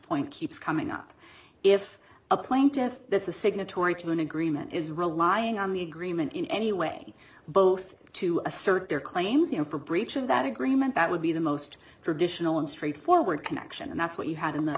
point keeps coming up if a plaintiff that is a signatory to an agreement is relying on the agreement in any way both to assert their claims and for breach of that agreement that would be the most traditional and straightforward connection and that's what you had